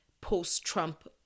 post-Trump